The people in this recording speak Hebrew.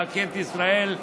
להכיר את ישראל,